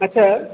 আচ্ছা